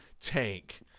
take